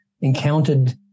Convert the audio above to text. encountered